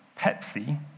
Pepsi